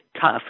tough